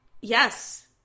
Yes